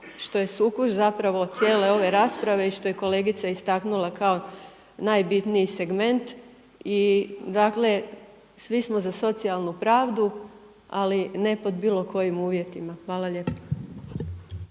što je sukus zapravo cijele ove rasprave i što je kolegica istaknula kao najbitniji segment i dakle svi smo za socijalnu pravdu ali ne pod bilo kojim uvjetima. Hvala lijepa.